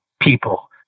people